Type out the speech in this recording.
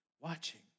watching